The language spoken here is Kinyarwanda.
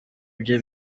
bye